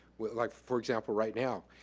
like, for example, right now,